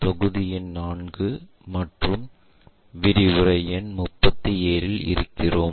தொகுதி எண் 4 மற்றும் விரிவுரை எண் 37 இல் இருக்கிறோம்